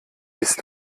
bist